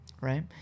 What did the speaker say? Right